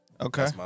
Okay